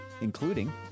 including